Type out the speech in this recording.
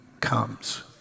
comes